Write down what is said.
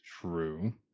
true